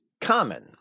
common